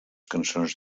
cançons